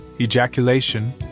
ejaculation